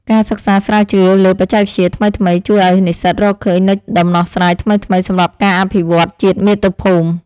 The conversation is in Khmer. ការសិក្សាស្រាវជ្រាវលើបច្ចេកវិទ្យាថ្មីៗជួយឱ្យនិស្សិតរកឃើញនូវដំណោះស្រាយថ្មីៗសម្រាប់ការអភិវឌ្ឍជាតិមាតុភូមិ។